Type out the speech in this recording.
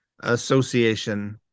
association